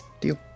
Deal